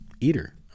eater